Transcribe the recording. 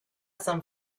san